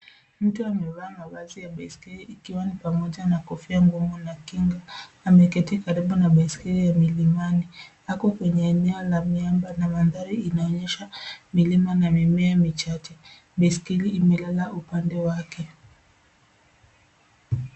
Mtu amevaa mavazi ya baiskeli ikiwa ni pamoja na kofia ngumu na kinga. Ameketi karibu na baiskeli ya milimani , ako kwenye eneo la miamba na mandhari inaoonesha milima na mimea michache. Baiskeli imelala upande wake.